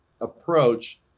approach